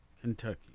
Kentucky